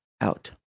out